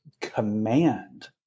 command